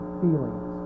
feelings